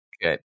Good